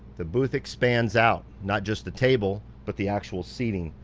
the booth expands out, not just the table, but the actual seating.